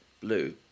blue